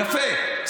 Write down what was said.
יפה.